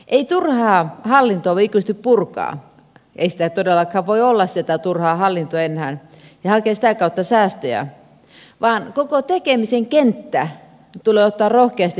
ei turhaa hallintoa voi ikuisesti purkaa ei sitä turhaa hallintoa todellakaan voi olla enää ja hakea sitä kautta säästöjä vaan koko tekemisen kenttä tulee ottaa rohkeasti tarkasteluun